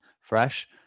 fresh